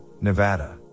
Nevada